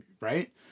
Right